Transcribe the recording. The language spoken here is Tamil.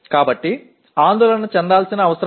எனவே கவலைப்பட தேவையில்லை